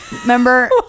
Remember